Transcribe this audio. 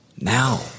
Now